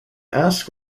asked